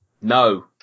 No